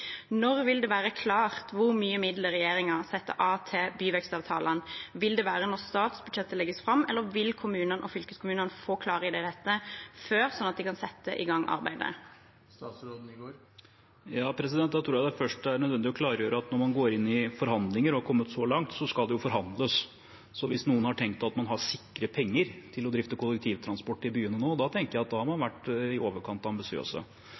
Når vil det være klart hvor mye midler regjeringen setter av til byvekstavtalene? Vil det være når statsbudsjettet legges fram, eller vil kommunene og fylkeskommunene få klarhet i dette før, sånn at de kan sette i gang arbeidet? Jeg tror det først er nødvendig å klargjøre at når man går inn i forhandlinger og har kommet så langt, skal det forhandles. Så hvis noen har tenkt at man har sikre penger til å drifte kollektivtransport i byene nå, tenker jeg at da har man vært i overkant